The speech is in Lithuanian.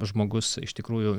žmogus iš tikrųjų